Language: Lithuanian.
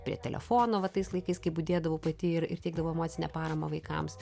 prie telefono va tais laikais kai budėdavau pati ir ir teikdavau emocinę paramą vaikams